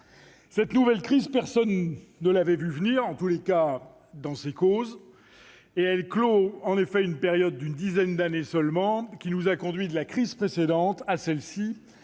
Cette nouvelle crise, personne ne l'avait vue venir, en tous les cas dans ses causes, et elle clôt en effet une période d'une dizaine d'années seulement qui nous a conduits de la crise précédente à celle-ci.